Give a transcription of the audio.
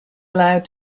allowed